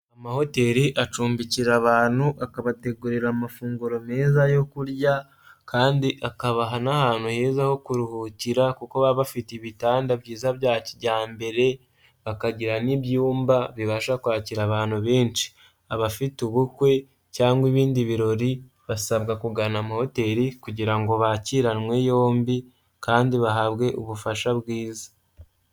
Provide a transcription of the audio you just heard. Ama ahoteli acumbikira abantu akabategurira amafunguro meza yo kurya kandi akabaha n'ahantu heza ho kuruhukira, kuko baba bafite ibitanda byiza bya kijyambere bakagira n'ibyumba bibasha kwakira abantu benshi, abafite ubukwe cyangwa ibindi birori basabwa kugana ama hoteli kugira ngo bakiranwe yombi kandi bahabwe ubufasha bwiza.